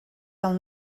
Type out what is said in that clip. del